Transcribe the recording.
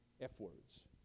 F-words